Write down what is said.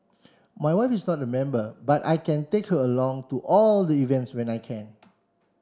my wife is not a member but I take her along to all the events when I can